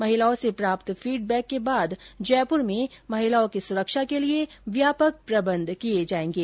महिलाओं से प्राप्त फीडबैक के बाद जयपुर में महिलाओं की सुरक्षा के व्यापक प्रबन्ध किये जायेंगे